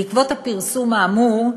בעקבות הפרסום האמור,